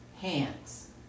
hands